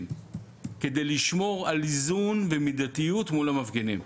כדי לשמור על איזון ומידתיות מול המפגינים.